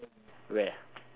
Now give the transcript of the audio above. where